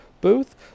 booth